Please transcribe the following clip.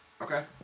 Okay